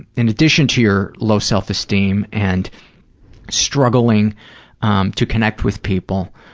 in addition to your low self-esteem and struggling um to connect with people,